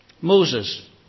Moses